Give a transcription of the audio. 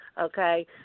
okay